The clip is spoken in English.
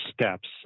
steps